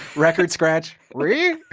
record scratch reew.